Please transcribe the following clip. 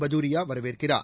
Bhadauria வரவேற்கிறார்